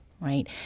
right